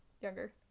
younger